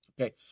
Okay